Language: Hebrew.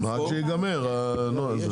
סיימנו את החוק.